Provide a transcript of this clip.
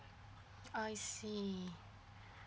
I see